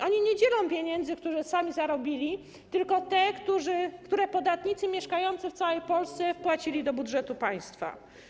Oni nie dzielą pieniędzy, które sami zarobili, tylko te, które podatnicy mieszkający w całej Polsce wpłacili do budżetu państwa.